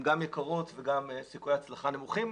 גם יקרות וגם סיכויי ההצלחה נמוכים.